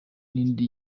n’indi